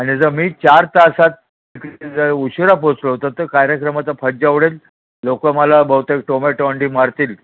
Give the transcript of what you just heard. आणि जर मी चार तासात तिथे जर उशिरा पोचलो तर कार्यक्रमाचा फज्जा उडेल लोक मला बहुतेक टोमॅटो अंडी मारतील